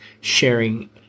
sharing